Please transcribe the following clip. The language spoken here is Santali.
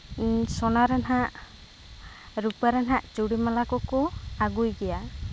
ᱥᱳᱱᱟ ᱨᱮᱱᱟᱜ ᱨᱩᱯᱟᱹ ᱨᱮᱱᱟᱜ ᱪᱩᱲᱤ ᱢᱟᱞᱟ ᱠᱚᱠᱚ ᱟᱹᱜᱩᱭ ᱜᱮᱭᱟ